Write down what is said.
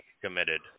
committed